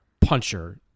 puncher